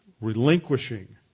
relinquishing